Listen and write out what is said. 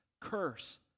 curse